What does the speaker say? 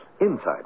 inside